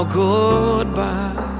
goodbye